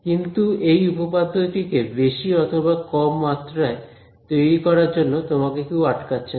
কিন্তু এই উপপাদ্যটি কে বেশি অথবা কম মাত্রায় তৈরি করার জন্য তোমাকে কেউ আটকাচ্ছে না